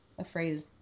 Afraid